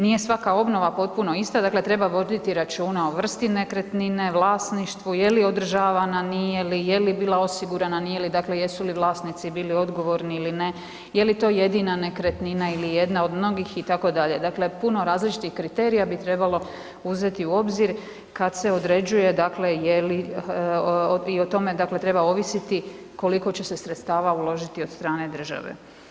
Nije svaka obnova potpuno ista, dakle treba voditi računa o vrsti nekretnine, vlasništvu, je li održavana, nije li, je li bila osigurana, nije li, dakle jesu li vlasnici bili odgovorni ili ne, je li to jedina nekretnina ili jedna od mnogih itd., dakle puno različitih kriterija bi trebalo uzeti u obzir kad se određuje, dakle je li i o tome, dakle treba ovisiti koliko će se sredstava uložiti od strane države.